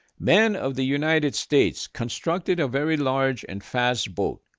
men of the united states constructed a very large and fast boat.